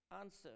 Answer